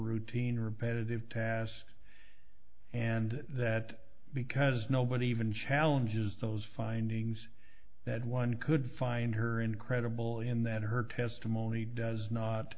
routine repetitive tasks and that because nobody even challenges those findings that one could find her incredible in that her testimony does not